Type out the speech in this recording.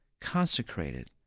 consecrated